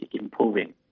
improving